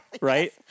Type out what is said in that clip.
right